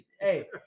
Hey